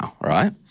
right